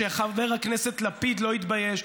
שחבר הכנסת לפיד לא יתבייש,